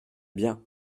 bien